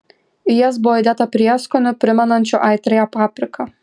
į jas buvo įdėta prieskonių primenančių aitriąją papriką